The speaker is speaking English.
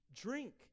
drink